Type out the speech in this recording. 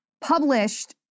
published